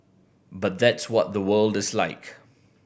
but that's what the world is like